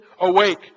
awake